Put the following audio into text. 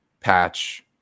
patch